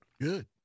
Good